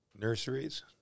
Nurseries